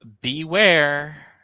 beware